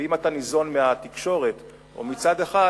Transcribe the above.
ואם אתה ניזון מהתקשורת או מצד אחד,